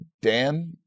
Dan